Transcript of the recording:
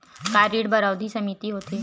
का ऋण बर अवधि सीमित होथे?